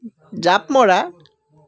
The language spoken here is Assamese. জাঁপ মৰা